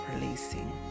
releasing